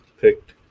picked